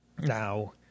Now